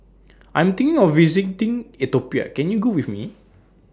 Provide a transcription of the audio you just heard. I Am thinking of visiting Ethiopia Can YOU Go with Me